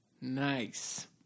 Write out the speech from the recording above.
Nice